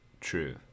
True